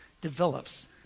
develops